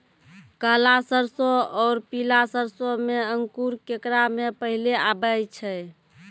काला सरसो और पीला सरसो मे अंकुर केकरा मे पहले आबै छै?